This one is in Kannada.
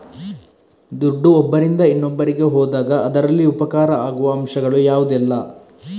ದುಡ್ಡು ಒಬ್ಬರಿಂದ ಇನ್ನೊಬ್ಬರಿಗೆ ಹೋದಾಗ ಅದರಲ್ಲಿ ಉಪಕಾರ ಆಗುವ ಅಂಶಗಳು ಯಾವುದೆಲ್ಲ?